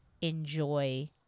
enjoy